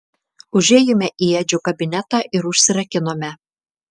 užėjome į edžio kabinetą ir užsirakinome